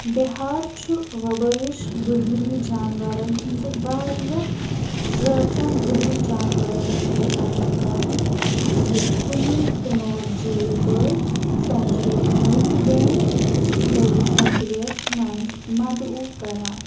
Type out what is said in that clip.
بِہار چھُ وَبٲیِش وٕڑوٕنی جانورَن ہِنٛدِ واریاہ زٲژَن وٕڑوٕنۍ جانورَن ہِنٛدِ پناہ گاہَن یِتھ کُنی کنور جیٖل بٲڈ سٮ۪نچٕری تہٕ نٲگی ڈیم بٲڈ سٮ۪نچٕرِیَس منٛز مدعو کران